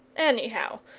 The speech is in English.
anyhow,